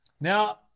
Now